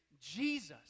Jesus